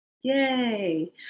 Yay